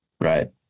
Right